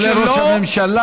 כולל ראש הממשלה,